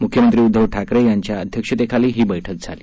मुख्यमंत्री उद्धव ठाकरे यांच्या अध्यक्षतेखाली ही बैठक झाली